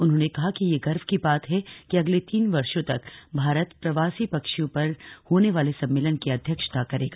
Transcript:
उन्होंने कहा कि यह गर्व की बात है कि अगले तीन वर्षो तक भारत प्रवासी पक्षियों पर होने वाले सम्मेलन की अध्यक्षता करेगा